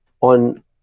on